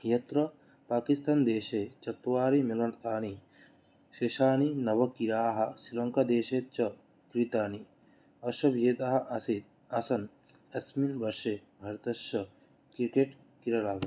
यत्र पाकिस्तान्देशे चत्वारि मिलनकानि शेषाणि नवक्रीडाः स्रीलङ्कादेशे च कृतानि अस्य भेदाः आसीत् आसन् अस्मिन् वर्षे भारतस्य क्रिकेट् क्रीडा